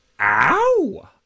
Ow